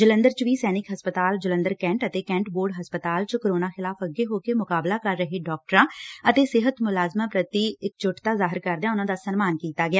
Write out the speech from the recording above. ਜਲੰਧਰ 'ਚ ਵੀ ਸੈਨਿਕ ਹਸਪਤਾਲ ਜਲੰਧਰ ਕੈਂਟ ਤੇ ਕੈਂਟ ਬੋਰਡ ਹਸਪਤਾਲ 'ਚ ਕੋਰੋਨਾ ਖਿਲਾਫ ਅੱਗੇ ਹੋ ਕੇ ਮੁਕਾਬਲਾ ਕਰ ਰਹੇ ਡਾਕਟਰਾਂ ਅਤੇ ਸਿਹਤ ਮੁਲਾਜਮਾਂ ਪ੍ਰਤੀ ਇਕਜੁਟਤਾ ਜਾਹਿਰ ਕਰਦਿਆਂ ਉਨੂਂ ਦਾ ਸਨਮਾਨ ਕੀਤਾ ਗਿਆ